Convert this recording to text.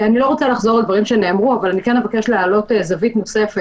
אני לא רוצה לחזור על דברים שנאמרו אבל אני כן אבקש להעלות זווית נוספת.